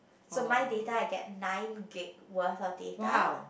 so my data I get nine Gig worth of data